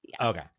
okay